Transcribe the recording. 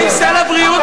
מה עם סל הבריאות?